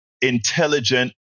intelligent